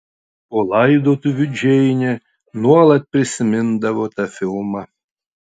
po laidotuvių džeinė nuolat prisimindavo tą filmą